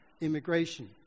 immigration